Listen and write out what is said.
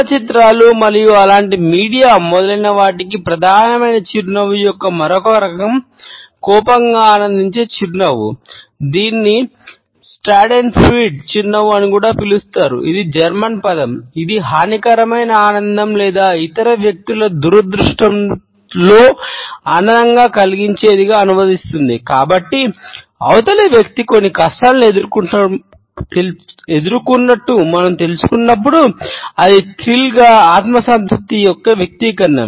చలనచిత్రాలు మరియు అలాంటి మీడియా యొక్క వ్యక్తీకరణ